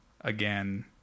again